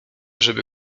żeby